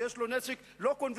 שיש לו נשק לא קונבנציונלי,